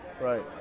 Right